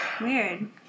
weird